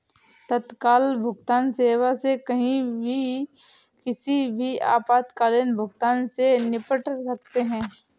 तत्काल भुगतान सेवा से कहीं भी किसी भी आपातकालीन भुगतान से निपट सकते है